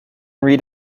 read